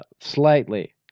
slightly